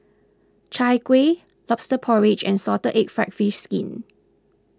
Chai Kueh Lobster Porridge and Salted Egg Fried Fish Skin